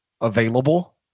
available